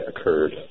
occurred